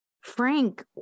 frank